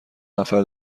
نفر